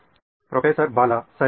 professor Bala ಸರಿ